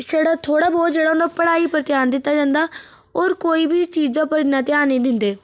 छड़़ा थोड़ा बहुत जेह्ड़ा होंदा पढ़ाई पर ध्यान दित्ता जंदा और कोई बी चीजा पर इन्ना ध्यान नी दिंदे